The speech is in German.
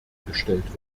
gestellt